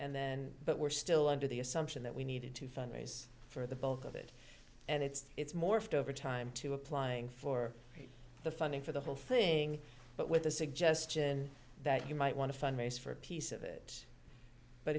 and then but we're still under the assumption that we needed to fundraise for the bulk of it and it's it's morphed over time to applying for the funding for the whole thing but with the suggestion that you might want to fundraise for a piece of it but